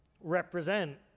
Represent